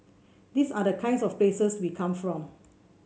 these are the kinds of places we come from